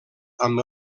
amb